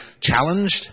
challenged